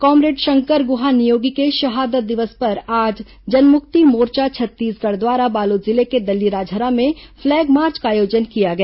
comrade Shankar Guha Niyogi के शहादत दिवस पर आज जनमुक्ति मोर्चा छत्तीसगढ़ द्वारा बालोद जिले के दल्लीराजहरा में फ्लैगमार्च का आयोजन किया गया